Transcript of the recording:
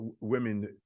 women